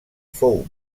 fou